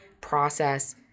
process